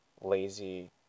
lazy